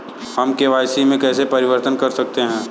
हम के.वाई.सी में कैसे परिवर्तन कर सकते हैं?